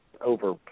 over